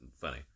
funny